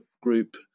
group